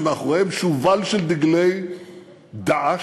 שמאחוריהם שובל של דגלי "דאעש",